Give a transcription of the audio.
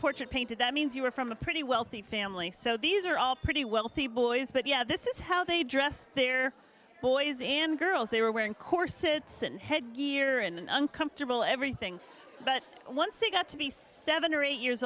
portrait painted that means you are from a pretty wealthy family so these are all pretty wealthy boys but yeah this is how they dress their boys and girls they were wearing corsets and headgear and uncomfortable everything but once they got to be seven or eight years